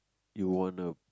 you want a